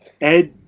Ed